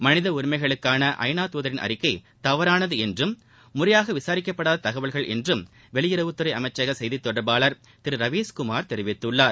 மனித உரிமைகளுக்கான ஜநா தூதரின் அறிக்கை தவறானது என்றும் முறையாக விசாரிக்கப்படாத தகவல்கள் என்றும் வெளியுறவுத்துறை அமைச்சக செய்தி தொடர்பாளர் திரு ரவீஸ்குமார் தெரிவித்துள்ளார்